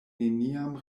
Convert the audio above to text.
neniam